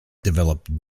developed